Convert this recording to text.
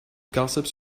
gossips